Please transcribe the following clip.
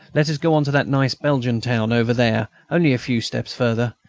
let us go on to that nice belgian town over there, only a few steps farther.